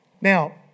Now